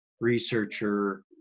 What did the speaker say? researcher